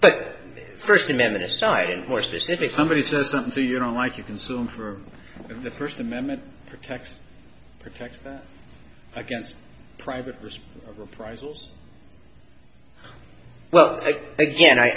but first amendment aside and more specific somebody says something you know like you consume the first amendment protects protects against private reprisals well again